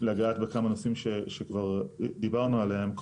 לגעת בכמה נושאים שכבר דיברנו עליהם.